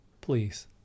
please